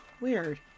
weird